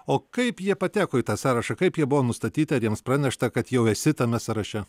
o kaip jie pateko į tą sąrašą kaip jie buvo nustatyti ar jiems pranešta kad jau esi tame sąraše